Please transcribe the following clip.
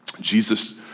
Jesus